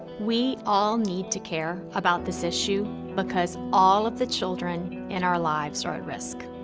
we all need to care about this issue because all of the children in our lives are at risk.